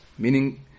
Meaning